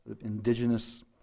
indigenous